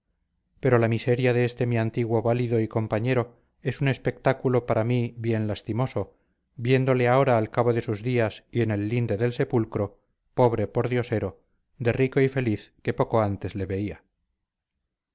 pero la miseria de este mi antiguo valido y compañero es un espectáculo para mí bien lastimoso viéndole ahora al cabo de sus días y en el linde del sepulcro pobre pordiosero de rico y feliz que poco antes le veía